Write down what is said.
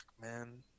man